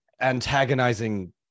antagonizing